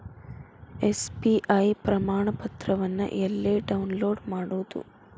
SBI ಪ್ರಮಾಣಪತ್ರವನ್ನ ಎಲ್ಲೆ download ಮಾಡೊದು?